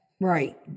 Right